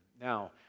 Now